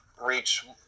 reach